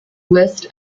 list